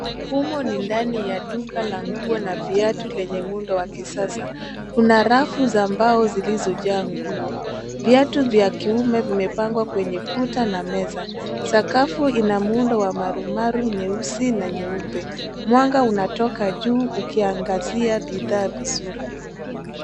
Humu ni ndani ya duka la nguo na viatu lenye muundo wa kisasa. Kuna rafu za mbao zilizojaa nguo. Viatu vya kiume vimepangwa kwenye kuta na meza. Sakafu ina muundo wa marumaru nyeusi na nyeupe. Mwanga unatoka juu ukiangazia bidhaa vizuri.